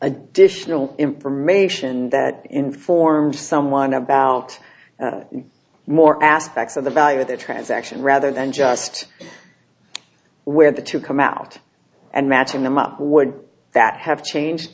additional information that informed someone about more aspects of the value of the transaction rather than just where the two come out and matching them up would that have changed